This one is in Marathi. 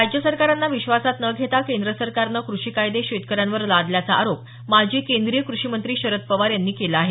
राज्य सरकारांना विश्वासात न घेता केंद्र सरकारनं क्रषी कायदे शेतकऱ्यांवर लादल्याचा आरोप माजी केंद्रीय कृषी मंत्री शरद पवार यांनी केला आहे